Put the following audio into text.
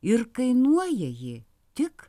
ir kainuoja ji tik